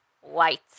white